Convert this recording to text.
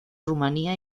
rumanía